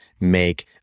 make